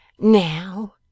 now